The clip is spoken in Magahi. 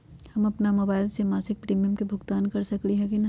हम अपन मोबाइल से मासिक प्रीमियम के भुगतान कर सकली ह की न?